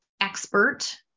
expert